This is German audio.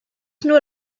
nur